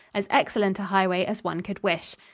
as excellent a highway as one could wish.